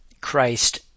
Christ